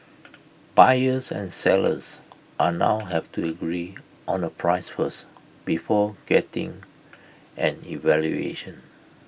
buyers and sellers are now have to agree on A price first before getting an evaluation